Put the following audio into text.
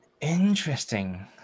Interesting